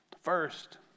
First